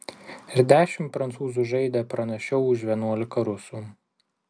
ir dešimt prancūzų žaidė pranašiau už vienuolika rusų